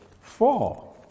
four